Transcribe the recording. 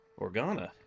Organa